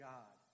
God